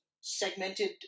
segmented